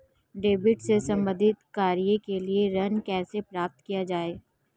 Tubewell से संबंधित कार्य के लिए ऋण कैसे प्राप्त किया जाए?